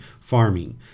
farming